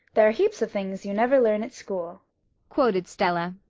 there are heaps of things you never learn at school quoted stella.